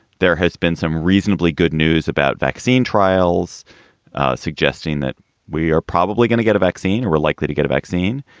there has been some reasonably good news about vaccine trials suggesting that we are probably going to get a vaccine, we're likely to get a vaccine.